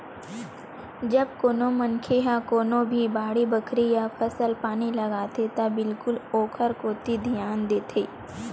जब कोनो मनखे ह कोनो भी बाड़ी बखरी या फसल पानी लगाथे त बिल्कुल ओखर कोती धियान देथे